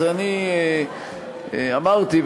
אני אמרתי,